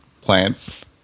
plants